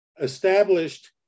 established